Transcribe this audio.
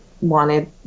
wanted